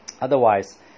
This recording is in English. otherwise